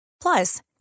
Plus